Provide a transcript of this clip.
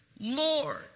Lord